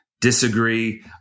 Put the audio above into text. disagree